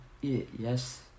yes